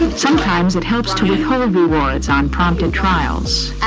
sometimes, it helps to withhold rewards on prompted trials.